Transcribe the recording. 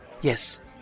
Yes